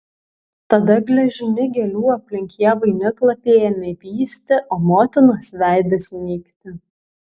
tada gležni gėlių aplink ją vainiklapiai ėmė vysti o motinos veidas nykti